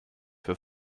für